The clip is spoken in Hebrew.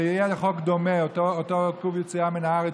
שיהיה לו חוק דומה של עיכוב יציאה מהארץ